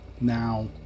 Now